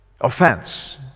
offense